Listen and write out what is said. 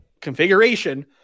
configuration